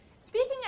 Speaking